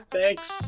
Thanks